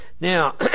Now